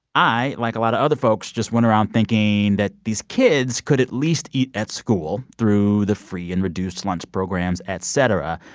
i, like a lot of other folks, just went around thinking that these kids could at least eat at school through the free and reduced lunch programs, et cetera.